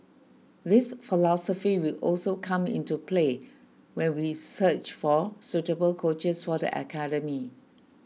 this philosophy will also come into play when we search for suitable coaches for the academy